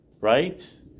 right